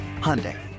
Hyundai